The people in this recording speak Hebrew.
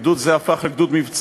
גדוד זה הפך לגדוד מבצעי,